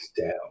down